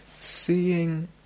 Seeing